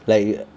like